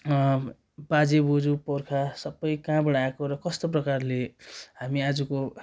बाजे बज्यू पुर्खा सबै कहाँबाट आएको र कस्तो प्रकारले हामी आजको